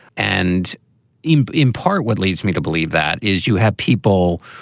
and in in part, what leads me to believe that is you have people,